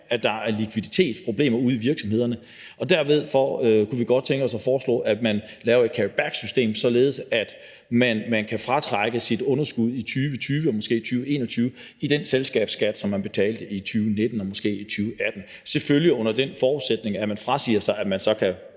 at der er likviditetsproblemer ude i virksomhederne, og derfor kunne vi godt tænke os at foreslå, at man laver et carrybacksystem, således at man kan fratrække sit underskud i 2020 og måske 2021 i den selskabsskat, som man betalte i 2019 og måske 2018 – selvfølgelig under den forudsætning at man frasiger sig, at man så